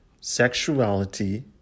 sexuality